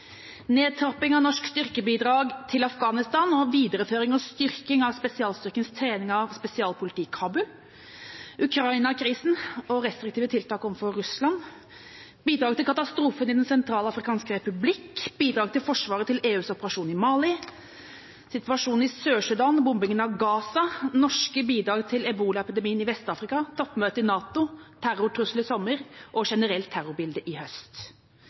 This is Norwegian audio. nedtrapping av norske styrkebidrag til Afghanistan og videreføring og styrking av spesialstyrkenes trening av spesialpolitiet i Kabul Ukraina-krisen og restriktive tiltak overfor Russland bidrag til katastrofen i Den sentralafrikanske republikk bidrag fra Forsvaret til EUs operasjon i Mali situasjonen i Sør-Sudan bombinga av Gaza norske bidrag til bekjempelsen av ebolaepidemien i Vest-Afrika toppmøtet i NATO terrortrusselen i sommer og det generelle terrorbildet i høst